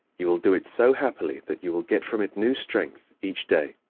you will do it so happily that you will get from it new strength each day.